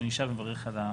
אני שב ומברך על הכינוס.